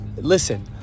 listen